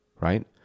Right